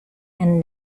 and